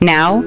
Now